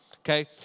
okay